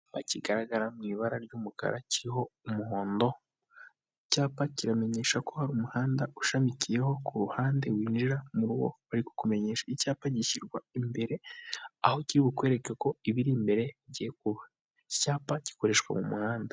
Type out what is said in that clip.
Icyapa kigaragara mu ibara ry'umukara kiriho umuhondo, icyapa kiramenyesha ko hari umuhanda ushamikiyeho ku ruhande winjira mu bari kumenyesha icyapa gishyirwa imbere aho kiri bukwereka ko ibiri imbere bigiye kuba, iki cyapa gikoreshwa mu muhanda.